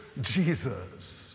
Jesus